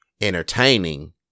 entertaining